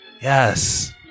Yes